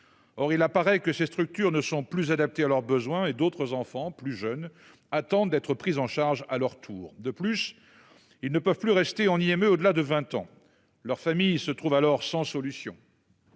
Or il apparaît que ces structures ne sont plus adaptés à leurs besoins et d'autres enfants plus jeunes attendent d'être pris en charge à leur tour de plus ils ne peuvent plus rester, on y est. Mais au-delà de 20 ans. Leurs familles se trouvent alors sans solution.